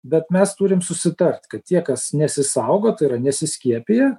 bet mes turim susitart kad tie kas nesisaugo tai yra nesiskiepija